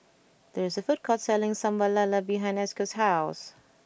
there is a food court selling Sambal Lala behind Esco's house